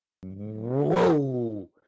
Whoa